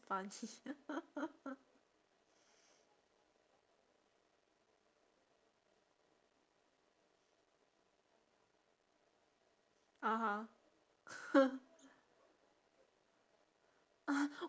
funny (uh huh)